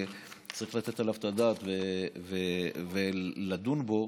צריך לתת עליו את הדעת ולדון בו,